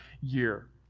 year